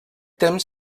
temps